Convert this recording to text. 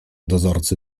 dozorcy